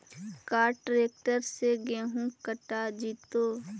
का ट्रैक्टर से गेहूं कटा जितै?